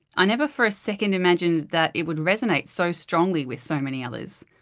i never for a second imagined that it would resonate so strongly with so many others.